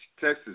Texas